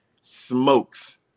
smokes